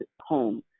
home